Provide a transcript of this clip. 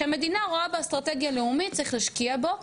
שהמדינה רואה באסטרטגיה לאומית צריך להשקיע בו,